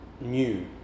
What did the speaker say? new